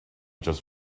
just